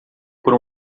por